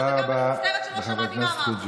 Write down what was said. יש גם מחסור במגרשים לבנייה.